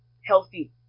healthy